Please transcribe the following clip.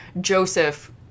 Joseph